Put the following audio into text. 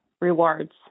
rewards